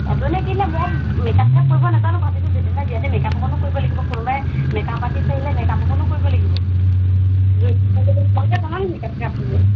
এজনীয়ে কিনিলে মই মেকআপ চেকআপ কৰিব নাজানো ভাবিছোঁ জীতেন দাইৰ বিয়াতে মেকআপ অকণো কৰিব লাগিব কোনোবাই মেকআপ আৰ্টিষ্ট আহিলে মেকআপ অকণো কৰিব লাগিব তোমালোকে জাননে মেকআপ কৰিব